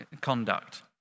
conduct